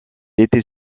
était